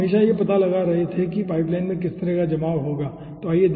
हम हमेशा यह पता लगा रहे थे कि पाइपलाइन में किसी तरह का जमाव होगा ठीक है